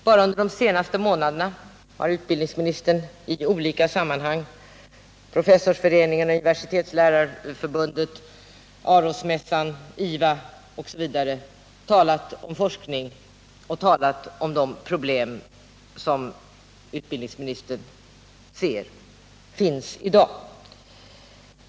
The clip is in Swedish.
Bara under de senaste månaderna har utbildningsministern i olika sammanhang, vid kontakter med Professorsföreningen, Universitetslärarförbundet, Arosmässan, IVA osv. talat om forskning och om de problem som utbildningsministern ser finns i dag.